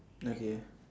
okay